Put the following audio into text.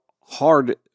hard